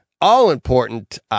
all-important